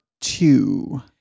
two